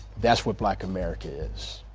that's what black america is.